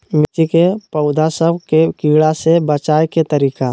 मिर्ची के पौधा सब के कीड़ा से बचाय के तरीका?